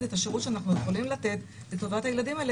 את השירות שאנחנו יכולים לתת לטובת הילדים האלה